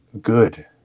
good